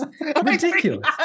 Ridiculous